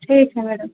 ठीक है मैडम